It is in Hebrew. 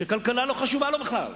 שכלכלה לא חשובה לו בכלל.